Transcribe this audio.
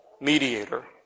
mediator